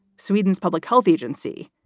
sweden's public health agency,